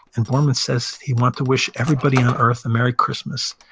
and borman says he wanted to wish everybody on earth a merry christmas.